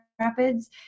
Rapids